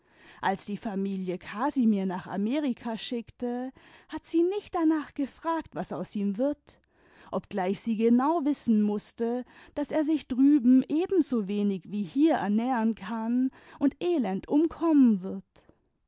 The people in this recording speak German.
als die familie casimir nach amerika schickte hat sie nicht danach gefragt was aus ihm wird obgleich sie genau wissen mußte daß er sich drüben ebensowenig wie hier ernähren kann und elend umkommen wird